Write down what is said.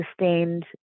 sustained